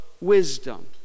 Wisdom